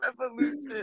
revolution